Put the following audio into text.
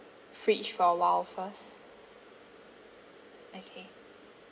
fridge for awhile first okay